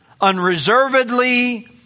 unreservedly